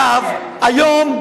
היום,